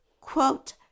Quote